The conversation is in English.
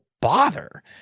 bother